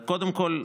קודם כול,